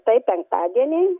tai penktadienį